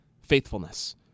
faithfulness